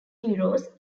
heroes